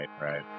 right